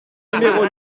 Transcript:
numéro